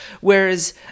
Whereas